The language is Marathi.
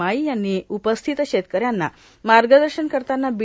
मायी यांनी उपस्थित शेतकऱ्यांना मार्गदर्शन करताना बी